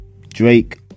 drake